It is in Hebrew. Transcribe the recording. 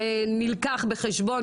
זה כן נלקח בחשבון,